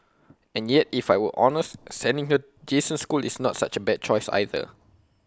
and yet if I were honest sending her Jason's school is not such A bad choice either